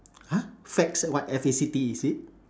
!huh! facts what F A C T is it